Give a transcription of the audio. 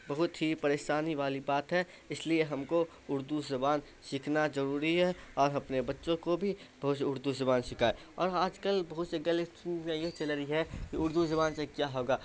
بہت ہی پریشانی والی بات ہے اس لیے یہ ہم کو اردو زبان سیکھنا ضروری ہے اور اپنے بچوں کو بھی اردو زبان سکھائیں اور آج کل بہت سی غلط فہمیاں یہ چل رہی ہیں کہ اردو زبان سے کیا ہوگا